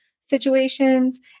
situations